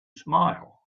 smile